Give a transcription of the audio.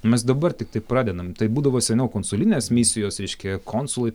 mes dabar tiktai pradedam tai būdavo seniau konsulinės misijos reiškia konsului